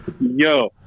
Yo